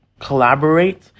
collaborate